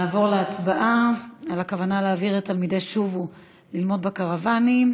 נעבור להצבעה על הכוונה להעביר את תלמידי "שובו" ללמוד בקרוונים,